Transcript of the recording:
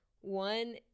one